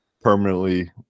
permanently